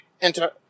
enter